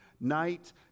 night